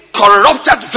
corrupted